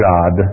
God